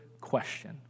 question